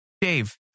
Dave